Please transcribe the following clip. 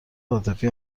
عاطفی